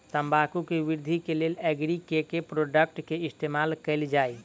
तम्बाकू केँ वृद्धि केँ लेल एग्री केँ के प्रोडक्ट केँ इस्तेमाल कैल जाय?